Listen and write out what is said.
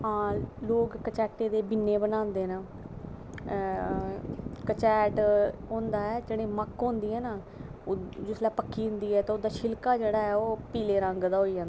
लोग कचाटें दे बिन्ने बनांदे न कचैट होंदा जेह्ड़ी मक्क होंदी ना जिसलै पक्की जंदी ऐ ते उसदा छिलका जेह्ड़ा ओह् पीले रंग दा होई जंदा